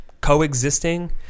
coexisting